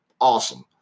Awesome